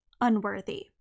unworthy